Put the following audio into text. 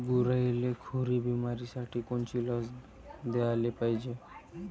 गुरांइले खुरी बिमारीसाठी कोनची लस द्याले पायजे?